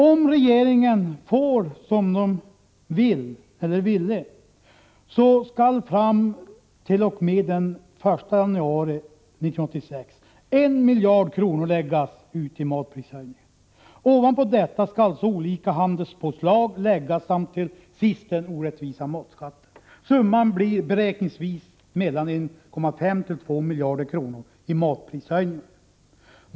Om regeringen får som den vill kommer det fram t.o.m. den 1 januari 1986 att bli 1 miljard kronor i matprishöjningar. Ovanpå detta kommer olika handelspåslag och till sist den orättvisa matskatten. Summan blir uppskattningsvis 1,5-2 miljarder kronor i matprishöjningar.